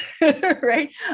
right